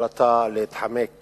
ההחלטה להתחמק